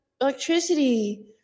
electricity